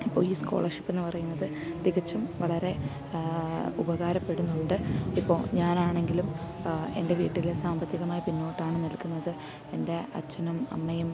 ഇപ്പോൾ ഈ സ്കോളർഷിപ്പ് എന്ന് പറയുന്നത് തികച്ചും വളരെ ഉപകാരപ്പെടുന്നുണ്ട് ഇപ്പോൾ ഞാൻ ആണെങ്കിലും എൻ്റെ വീട്ടിൽ സാമ്പത്തികമായി പിന്നോട്ടാണ് നിൽക്കുന്നത് എൻ്റെ അച്ഛനും അമ്മയും